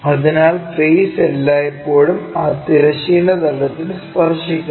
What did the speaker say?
അതിനാൽ ഫെയ്സ് എല്ലായ്പ്പോഴും ആ തിരശ്ചീന തലത്തിൽ സ്പർശിക്കുന്നു